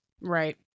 Right